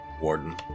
Warden